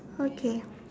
okay